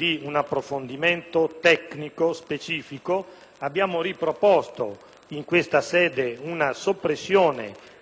un approfondimento tecnico specifico. Abbiamo riproposto in questa sede una soppressione dei commi 4 e 5, ma proprio per dare la